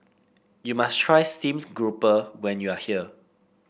you must try Steamed Grouper when you are here